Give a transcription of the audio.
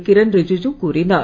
கிரண் யிஜ்ஜு கூறினார்